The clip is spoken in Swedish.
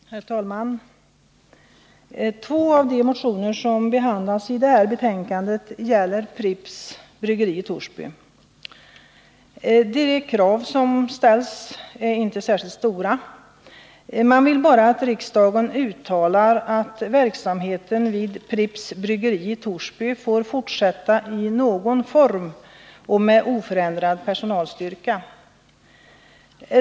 Herr talman! Två av de motioner som behandlas i det här betänkandet gäller Pripps bryggeri i Torsby. De krav som ställs är inte särskilt stora. Man vill bara att riksdagen uttalar att verksamheten vid Pripps bryggeri i Torsby får fortsätta i någon form och med oförändrad personalstyrka.